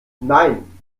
nein